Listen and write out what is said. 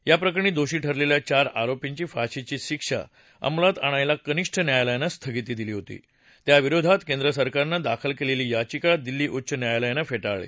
याप्रकरणी दोषी ठरलेल्या चार आरोपींची फाशीची शिक्षा अंमलात आणायला कनिष्ठ न्यायालयानं स्थगिती दिली होती त्याविरोधात केंद्रसरकारनं दाखल केलेली याचिका दिल्ली उच्च न्यायालयानं फे ाळली